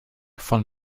von